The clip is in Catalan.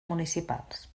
municipals